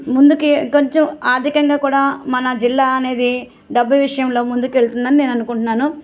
ముందుకి కొంచెం ఆర్థికంగా కూడా మన జిల్లా అనేది డబ్బు విషయంలో ముందుకు వెళుతుందని నేను అనుకుంటున్నాను